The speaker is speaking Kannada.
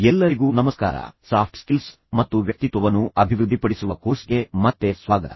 ಎಲ್ಲರಿಗೂ ನಮಸ್ಕಾರ ಸಾಫ್ಟ್ ಸ್ಕಿಲ್ಸ್ ಮತ್ತು ವ್ಯಕ್ತಿತ್ವವನ್ನು ಅಭಿವೃದ್ಧಿಪಡಿಸುವ N P T E L MOOCs ಕೋರ್ಸ್ಗೆ ಮತ್ತೆ ಸ್ವಾಗತ